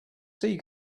sea